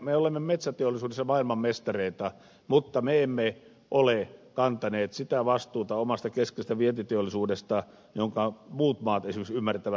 me olemme metsäteollisuudessa maailmanmestareita mutta me emme ole kantaneet sitä vastuuta omasta keskeisestä vientiteollisuudestamme jonka muut maat esimerkiksi ymmärtävät kantaa